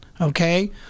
okay